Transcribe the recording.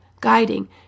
guiding